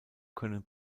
können